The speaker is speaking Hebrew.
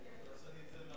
אתה רוצה שאני אצא מהאולם?